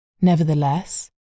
Nevertheless